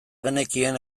genekien